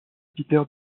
peter